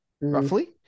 roughly